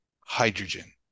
Hydrogen